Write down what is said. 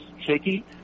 shaky